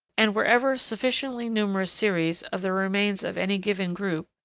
and, wherever sufficiently numerous series of the remains of any given group,